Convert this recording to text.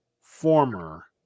former